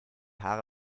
haare